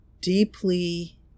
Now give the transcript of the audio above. deeply